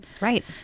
Right